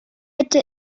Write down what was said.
bitte